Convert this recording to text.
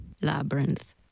Labyrinth